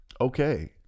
Okay